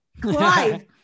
Clive